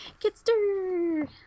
Kitster